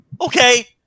Okay